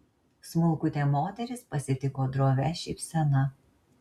smulkutė moteris pasitiko drovia šypsena